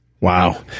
Wow